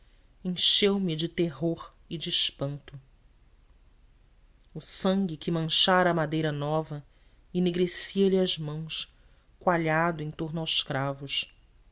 encheu-me de terror e de espanto o sangue que manchara a madeira nova enegrecia lhe as mãos coalhado em torno aos cravos